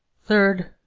third,